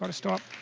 but stop